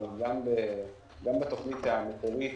אבל גם בתוכנית המקורית